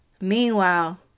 Meanwhile